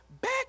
back